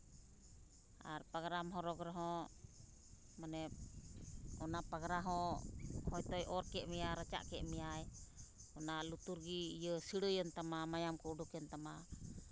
ᱟᱨ ᱯᱟᱜᱽᱨᱟᱢ ᱦᱚᱨᱚᱜᱽ ᱨᱮᱦᱚᱸ ᱢᱟᱱᱮ ᱚᱱᱟ ᱯᱟᱜᱽᱨᱟ ᱦᱚᱸ ᱦᱚᱭᱛᱳᱭ ᱚᱨᱠᱮᱫ ᱢᱮᱭᱟ ᱨᱟᱪᱟᱜ ᱠᱮᱫ ᱢᱮᱭᱟᱭ ᱚᱱᱟ ᱞᱩᱛᱩᱨ ᱜᱮ ᱥᱤᱲᱟᱹᱭᱮᱱ ᱛᱟᱢᱟ ᱢᱟᱭᱟᱢ ᱠᱚ ᱩᱰᱩᱠᱮᱱ ᱛᱟᱢᱟ